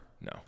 No